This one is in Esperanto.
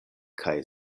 kaj